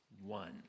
one